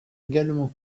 également